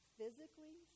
physically